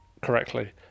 correctly